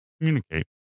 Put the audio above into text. communicate